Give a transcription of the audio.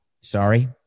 Sorry